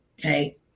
Okay